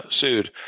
sued